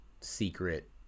secret